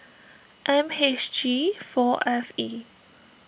M H G four F E